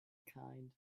kind